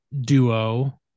duo